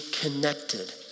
connected